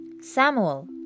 Samuel